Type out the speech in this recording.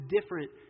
different